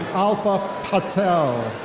alpa patel.